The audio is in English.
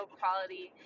quality